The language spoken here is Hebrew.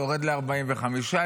יורד ל-45,